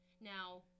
Now